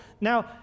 Now